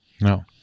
No